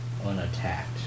Unattacked